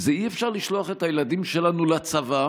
אי-אפשר לשלוח את הילדים שלנו לצבא